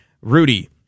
Rudy